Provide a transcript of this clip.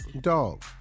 dog